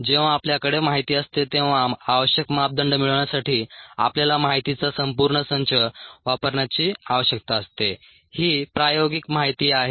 जेव्हा आपल्याकडे माहिती असते तेव्हा आवश्यक मापदंड मिळवण्यासाठी आपल्याला माहितीचा संपूर्ण संच वापरण्याची आवश्यकता असते ही प्रायोगिक माहिती आहे